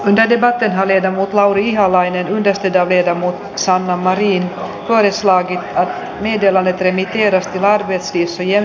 ne eivät tehonneet lauri ihalainen yhdistetään jermu saa vanhoihin kaislan lehdellä eteni tiedostavaa vesistöjen